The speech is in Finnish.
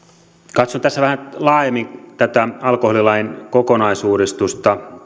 katson tässä vähän laajemmin tätä alkoholilain kokonaisuudistusta